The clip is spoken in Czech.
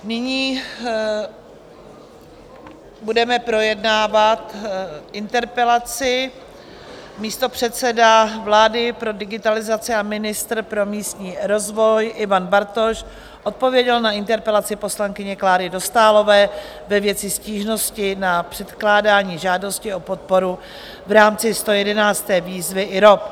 Nyní budeme projednávat interpelaci místopředseda vlády pro digitalizaci a ministr pro místní rozvoj Ivan Bartoš odpověděl na interpelaci poslankyně Kláry Dostálové ve věci stížnosti na předkládání žádostí o podporu v rámci 111. výzvy IROP.